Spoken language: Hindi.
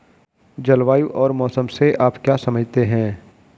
जलवायु और मौसम से आप क्या समझते हैं?